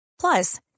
Plus